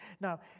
Now